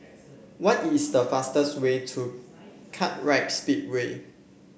what is the fastest way to Kartright Speedway